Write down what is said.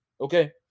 Okay